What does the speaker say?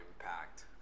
impact